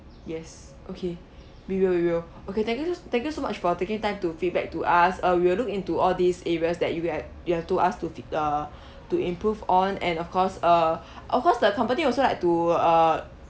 yes okay we will we will okay thank you thank you so much for taking time to feedback to us uh we'll look into all these areas that you have you have told us to uh to improve on and of course uh of course the company also like to uh